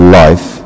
life